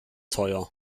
teuer